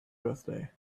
birthday